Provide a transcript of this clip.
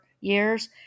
years